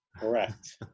Correct